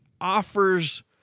offers